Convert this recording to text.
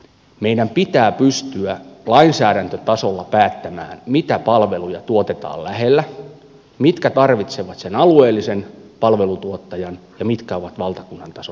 meidän pitää pystyä lainsäädäntötasolla päättämään mitä palveluja tuotetaan lähellä mitkä tarvitsevat sen alueellisen palvelutuottajan ja mitkä ovat valtakunnan tason asioita